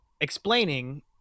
explaining